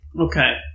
Okay